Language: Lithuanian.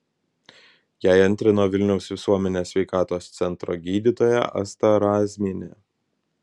jai antrino vilniaus visuomenės sveikatos centro gydytoja asta razmienė